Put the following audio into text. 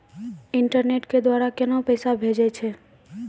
Internet के द्वारा केना पैसा भेजय छै?